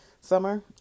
summer